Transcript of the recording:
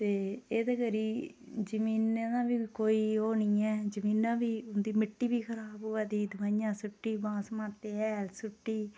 ते एह्दे करी जमीनें दा बी कोई ओह् निं ऐ जमीनां बी उं'दी मिट्टी बी खराब होआ दी दोआइयां सु'ट्टी भांत सभांते हैल सुट्टी